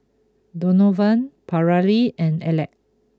Donovan Paralee and Alek